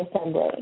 assembly